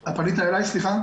סופר.